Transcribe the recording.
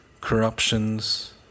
corruptions